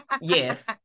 Yes